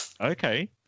Okay